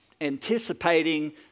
anticipating